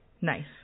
Nice